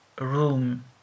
room